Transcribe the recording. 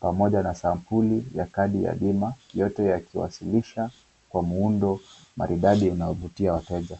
pamoja na sampuli ya kadi ya bima, yote yakiwasilisha kwa muundo maridadi unaovutia wateja.